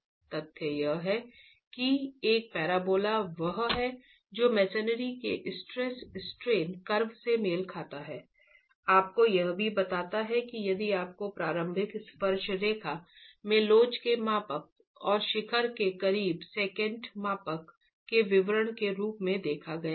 तथ्य यह है कि एक पैराबोला वह है जो मसनरी के स्ट्रेस स्ट्रेन कर्व से मेल खाता है आपको यह भी बताता है कि यदि आपको प्रारंभिक स्पर्श रेखा में लोच के मापांक और शिखर के करीब सेकेंट मापांक के विवरण के रूप में देखा गया था